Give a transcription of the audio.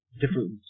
different